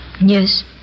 Yes